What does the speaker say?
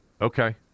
Okay